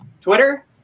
Twitter